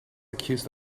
accused